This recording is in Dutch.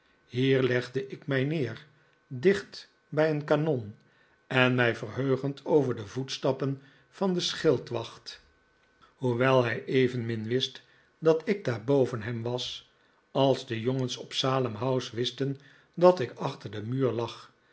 hier legde ik mij neer dicht bij een kanon en mij verheugend over de voetstappen van den schildwacht hoewel hij evenmin wist dat ik daar boven hem was als de jongens op salem house wisten dat ik achter den muur